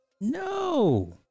No